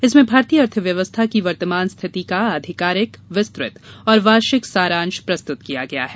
इसमें भारतीय अर्थव्यवस्था की वर्तमान स्थिति का आधिकारिक विस्तत और वार्षिक सारांश प्रस्तुत किया गया है